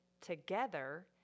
together